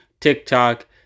TikTok